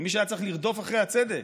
ממי שהיה צריך לרדוף אחרי הצדק.